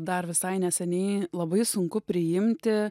dar visai neseniai labai sunku priimti